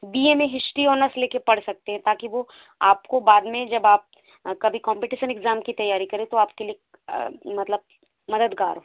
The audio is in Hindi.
बी ए में हिस्ट्री ऑनर्स लेकर पढ़ सकते हैं ताकि वो आपको बाद में जब आप कभी कॉम्पिटिशन एग्जाम की तैयारी करें तो आप के लिए मतलब मददगार हों